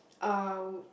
uh